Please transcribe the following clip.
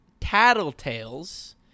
tattletales